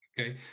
okay